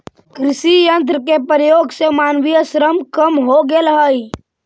कृषि यन्त्र के प्रयोग से मानवीय श्रम कम हो गेल हई